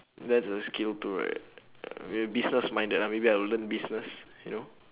that's a skill too right uh business minded maybe I'll learn business you know